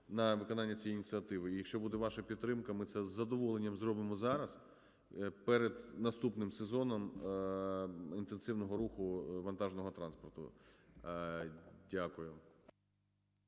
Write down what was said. на виконання цієї ініціативи. Якщо буде ваша підтримка, ми це з задоволенням зробимо зараз перед наступним сезоном інтенсивного руху вантажного транспорту. Дякую.